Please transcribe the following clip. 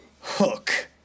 Hook